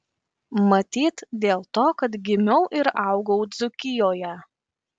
matyt dėl to kad gimiau ir augau dzūkijoje